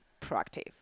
proactive